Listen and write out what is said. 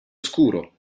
scuro